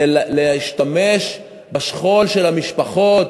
זה להשתמש בשכול של המשפחות,